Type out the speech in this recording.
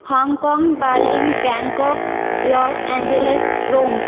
Hong Kong Berlin Bangkok Los Angeles Rome